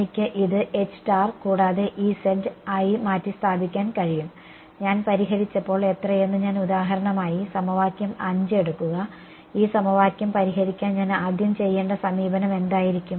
എനിക്ക് ഇത് കൂടാതെ ആയി മാറ്റിസ്ഥാപിക്കാൻ കഴിയും ഞാൻ പരിഹരിച്ചപ്പോൾ എത്രയെന്ന് ഞാൻ ഉദാഹരണമായി സമവാക്യം 5 എടുക്കുക ഈ സമവാക്യം പരിഹരിക്കാൻ ഞാൻ ആദ്യം ചെയ്യേണ്ട സമീപനം എന്തായിരിക്കും